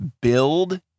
build